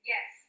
Yes